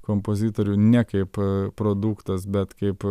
kompozitorių ne kaip produktas bet kaip